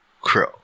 Crow